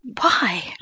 why